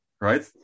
Right